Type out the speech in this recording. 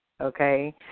Okay